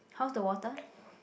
how's the water